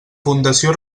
fundació